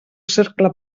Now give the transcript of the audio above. cercle